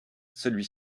celui